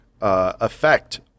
effect